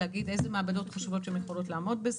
להגיד איזה מעבודות חשובות שיכולות לעמוד בזה,